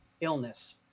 illness